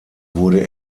wurde